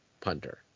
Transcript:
punter